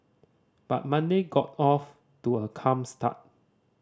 but Monday got off to a calm start